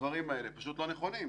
והדברים האלה פשוט לא נכונים.